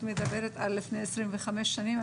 את מדברת על לפני 25 שנים.